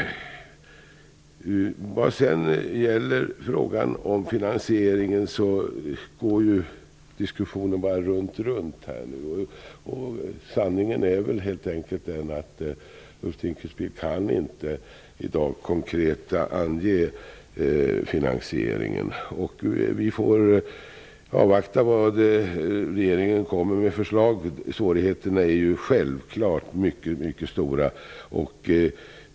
Vad gäller frågan om finansieringen går diskussionen nu bara runt runt. Sanningen är väl helt enkelt att Ulf Dinkelspiel i dag inte konkret kan redogöra för finansieringen. Vi får väl avvakta regeringens förslag. Svårigheterna är självfallet mycket stora.